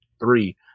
three